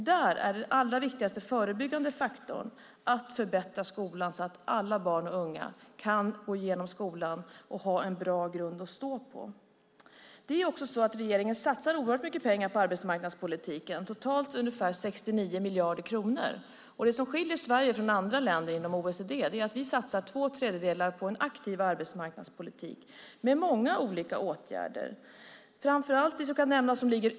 Där är den allra viktigaste förebyggande faktorn att förbättra skolan så att alla barn och unga kan gå igenom skolan och ha en bra grund att stå på. Regeringen satsar oerhört mycket pengar på arbetsmarknadspolitiken, totalt ungefär 69 miljarder kronor. Det som skiljer Sverige från andra länder inom OECD är att vi i sammanhanget satsar två tredjedelar på en aktiv arbetsmarknadspolitik med många olika åtgärder.